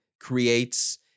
creates